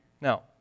Now